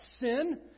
sin